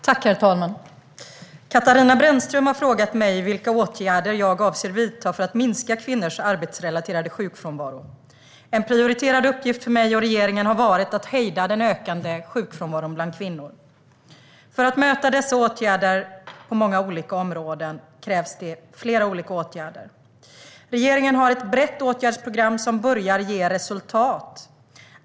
Herr talman! Katarina Brännström har frågat mig vilka åtgärder jag avser att vidta för att minska kvinnors arbetsrelaterade sjukfrånvaro. En prioriterad uppgift för mig och regeringen har varit att hejda den ökande sjukfrånvaron bland kvinnor. För att möta detta krävs åtgärder på många olika områden. Regeringen har ett brett åtgärdsprogram som börjar ge resultat.